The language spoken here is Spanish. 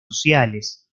sociales